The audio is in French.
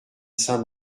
saint